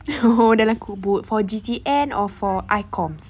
dalam kubur for G_G_M or for comms